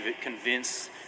convince